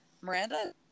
Miranda